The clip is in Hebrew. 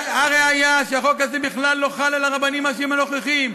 והראיה היא שהחוק הזה בכלל לא חל על הרבנים הראשיים הנוכחיים.